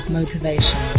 Motivation